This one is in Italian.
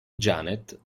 janet